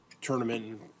tournament